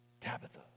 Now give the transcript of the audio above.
Tabitha